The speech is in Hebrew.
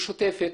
משותפת,